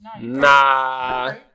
Nah